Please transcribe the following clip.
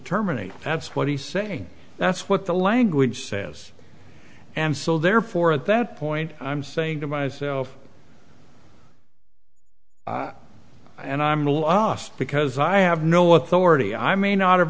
terminate that's what he's saying that's what the language says and so therefore at that point i'm saying to myself and i'm lost because i have no authority i may not have